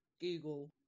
Google